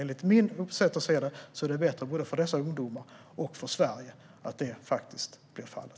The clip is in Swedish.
Enligt mitt sätt att se det är det bättre både för dessa ungdomar och för Sverige att detta faktiskt blir fallet.